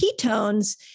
ketones